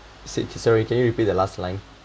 said sorry can you repeat the last line